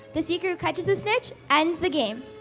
the seeker who catches the snitch ends the game.